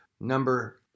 number